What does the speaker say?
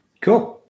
Cool